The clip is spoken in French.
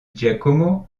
giacomo